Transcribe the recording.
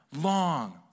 long